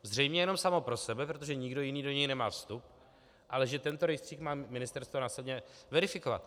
Zřejmě jenom samo pro sebe, protože nikdo jiný do něj nemá vstup, ale že tento rejstřík má ministerstvo následně verifikovat.